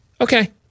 Okay